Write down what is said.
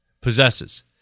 possesses